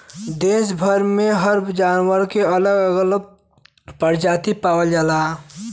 देस भर में हर जानवर के अलग अलग परजाती पावल जाला